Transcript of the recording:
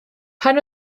pan